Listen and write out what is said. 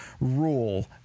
rule